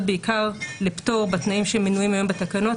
בעיקר לפטור בתנאים שמנויים היום בתקנות,